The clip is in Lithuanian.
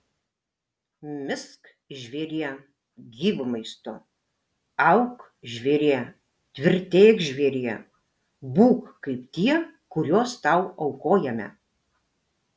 misk žvėrie gyvu maistu auk žvėrie tvirtėk žvėrie būk kaip tie kuriuos tau aukojame